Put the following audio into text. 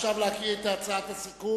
עכשיו, לקרוא את הצעת הסיכום.